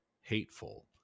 hateful